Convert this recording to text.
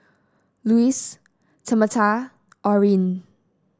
Luis Tamatha Orin